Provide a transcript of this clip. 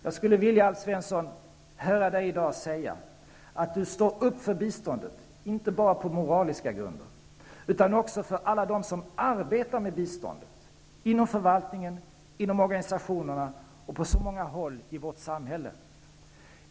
Jag skulle i dag vilja höra Alf Svensson säga att han står upp för biståndet, inte bara på moraliska grunder, utan också för alla dem som arbetar med biståndet, inom förvaltningen, inom organisationerna och på många andra håll i vårt samhälle.